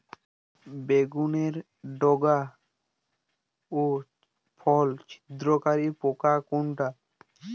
বেগুনের ডগা ও ফল ছিদ্রকারী পোকা কোনটা?